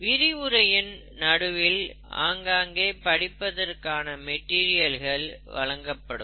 விரிவுரையின் நடுவில் ஆங்காங்கே படிப்பதற்கான மெட்டீரியல்கள் வழங்கப்படும்